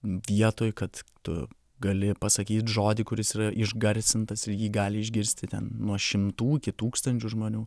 vietoj kad tu gali pasakyt žodį kuris yra išgarsintas ir jį gali išgirsti ten nuo šimtų iki tūkstančių žmonių